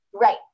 Right